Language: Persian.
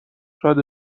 شاید